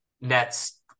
Nets